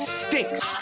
stinks